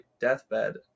deathbed